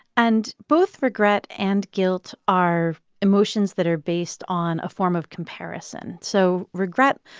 and both regret and guilt are emotions that are based on a form of comparison. so regret,